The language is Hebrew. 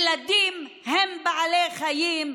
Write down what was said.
ילדים הם בעלי חיים,